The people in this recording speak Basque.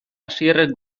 asierrek